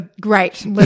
Great